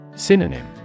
Synonym